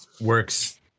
works